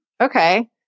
okay